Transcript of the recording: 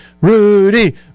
Rudy